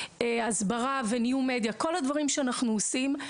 הסברה וניהול מדיה כל הדברים שאנחנו עושים,